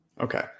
Okay